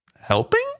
helping